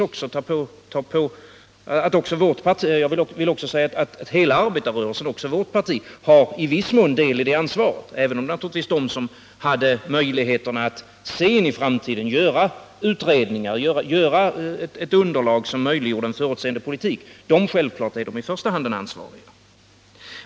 Och jag vill säga att hela arbetarrörelsen — också vårt parti — har i viss mån del i det ansvaret, även om naturligtvis de som hade möjligheterna att se in i framtiden, att göra utredningar, att skapa ett underlag som möjliggjorde en förutseende politik, självklart i första hand är de ansvariga.